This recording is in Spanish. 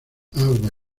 agua